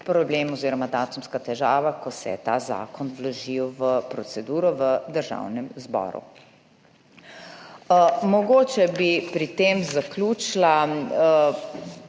problem oziroma datumska težava, ko se je ta zakon vložil v proceduro v Državnem zboru. Mogoče bi pri tem zaključila